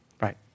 Right